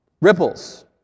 Ripples